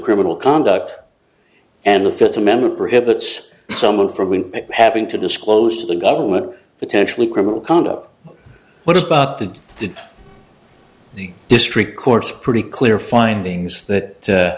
criminal conduct and the fifth amendment prohibits someone from having to disclose to the government potentially criminal conduct what about the did the district court's pretty clear findings that